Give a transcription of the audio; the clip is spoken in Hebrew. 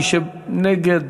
מי שבעד